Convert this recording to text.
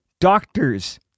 doctors